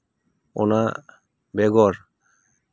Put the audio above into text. ᱚᱱᱟ ᱵᱮᱜᱚᱨ